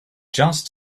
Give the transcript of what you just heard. just